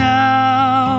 now